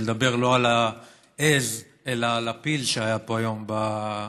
כדי לדבר לא על העז אלא על הפיל שהיה פה היום במליאה,